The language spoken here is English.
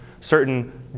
certain